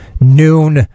Noon